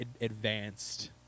advanced